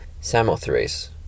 Samothrace